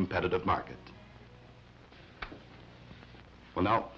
competitive market or not